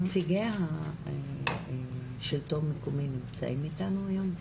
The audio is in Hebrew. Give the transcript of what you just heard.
נציגי השלטון המקומי נמצאים איתנו היום?